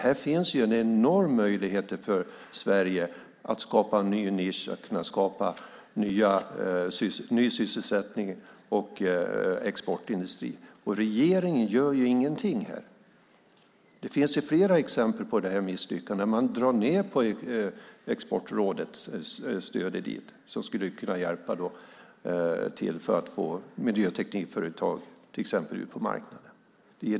Här finns det enorma möjligheter för Sverige att skapa en ny nisch, ny sysselsättning och exportindustri. Men regeringen gör ingenting här. Det finns flera exempel på detta misslyckande. Man drar ned på Exportrådets stöd som skulle kunna hjälpa till för att få till exempel miljöteknikföretag ut på marknaden.